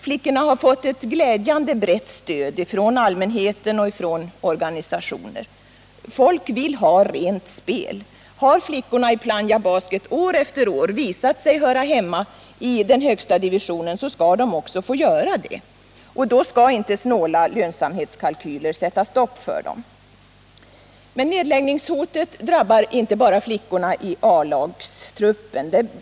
Flickorna har fått ett glädjande brett stöd från allmänheten och från organisationer. Folk vill ha rent spel. Har flickorna i Plannja Basket år efter år visat sig höra hemma i den högsta divisionen, så skall de också få spela där. Då skall inte snåla lönsamhetskalkyler sätta stopp för dem. Nedläggningshotet berör inte bara flickorna i A-lagstruppen.